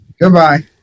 Goodbye